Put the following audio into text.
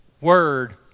word